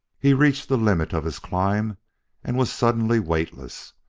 he reached the limit of his climb and was suddenly weightless,